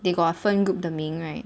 they got 分 group 的名 right